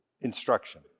instruction